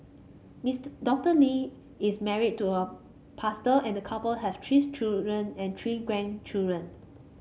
Mister Doctor Lee is married to a pastor and the couple have children and three grandchildren